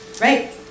right